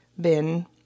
Bin